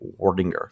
Wardinger